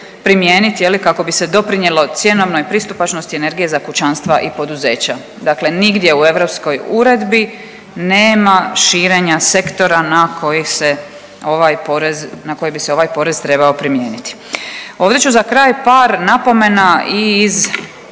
primijeniti je li kako bi se doprinijelo cjenovnoj pristupačnosti energije za kućanstva i poduzeća, dakle nigdje u europskoj uredbi nema širenja sektora na koji se ovaj porez, na koji bi se ovaj porez trebao primijeniti. Ovdje ću za kraj par napomena i